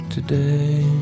Today